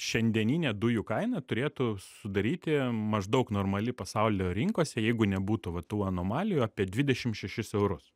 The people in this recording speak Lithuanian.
šiandieninė dujų kaina turėtų sudaryti maždaug normali pasaulio rinkose jeigu nebūtų va tų anomalijų apie dvidešim šešis eurus